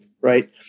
Right